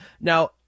Now